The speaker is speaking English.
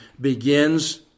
begins